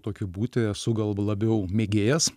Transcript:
tokiu būti esu gal labiau mėgėjas